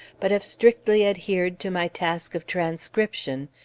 but have strictly adhered to my task of transcription,